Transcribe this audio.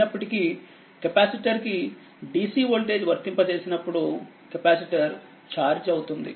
అయినప్పటికీకెపాసిటర్ కి DC voltage వర్తింప చేసినప్పుడు కెపాసిటర్ ఛార్జ్ అవుతుంది